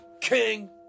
king